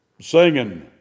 singing